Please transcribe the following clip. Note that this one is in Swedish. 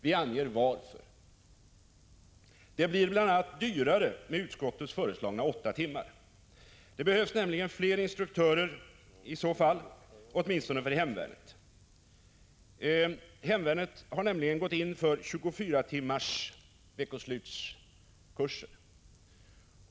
Vi anger att det bl.a. blir dyrare med utskottets föreslagna åtta timmar. Det behövs nämligen fler instruktörer i så fall, åtminstone för hemvärnet. Hemvärnet har nämligen gått in för 24 timmars veckoslutskurser.